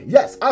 Yes